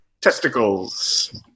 testicles